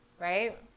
Right